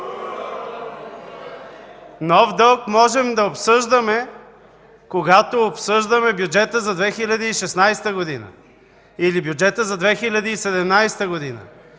Нов дълг можем да обсъждаме, когато обсъждаме бюджета за 2016 г. или бюджета за 2017 г.,